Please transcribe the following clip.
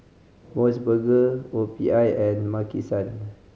Mos Burger O P I and Maki San